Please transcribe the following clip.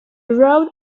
road